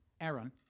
Aaron